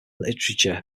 literature